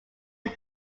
but